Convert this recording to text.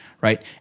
right